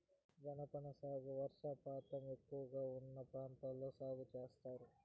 జనప సాగు వర్షపాతం ఎక్కువగా ఉన్న ప్రాంతాల్లో సాగు చేత్తారు